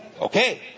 Okay